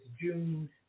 June